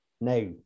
Now